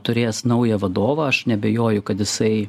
turės naują vadovą aš neabejoju kad jisai